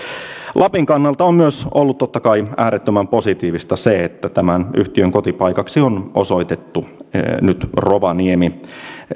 lapin kannalta on myös ollut totta kai äärettömän positiivista se että tämän yhtiön kotipaikaksi on osoitettu nyt rovaniemi